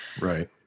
Right